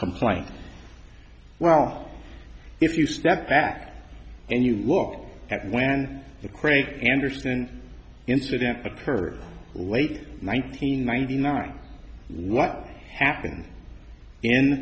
complaint well if you step back and you look at when the craig anderson incident occurred late one nine hundred ninety nine what happened in